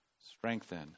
strengthen